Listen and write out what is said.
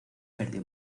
perdió